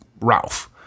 Ralph